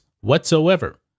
whatsoever